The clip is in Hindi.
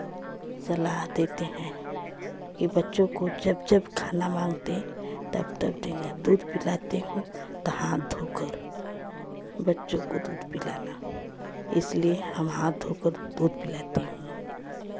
सलाह देते हैं कि बच्चों को जब जब खाना माँगते तब तब इन्हें दूध पिलाती हूँ तो हाथ धोकर बच्चों को दूध पिलाना इसलिए हम हाथ धोकर दूध पिलाती हूँ